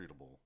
treatable